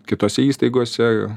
kitose įstaigose